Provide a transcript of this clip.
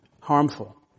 harmful